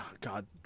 god